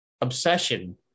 obsession